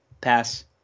Pass